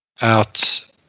Out